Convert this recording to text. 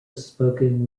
spoken